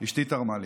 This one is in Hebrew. אשתי תרמה לי.